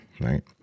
right